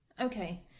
okay